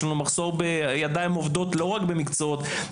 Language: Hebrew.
יש לנו מחסור בידיים עובדות לא רק במקצועות